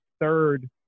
third